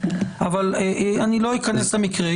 ואני לא אכנס למקרה,